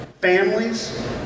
families